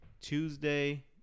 Tuesday